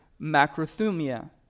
macrothumia